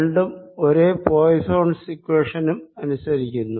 രണ്ടും ഒരേ പോയിസ്സോൻസ് ഇക്വേഷനും അനുസരിക്കുന്നു